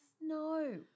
No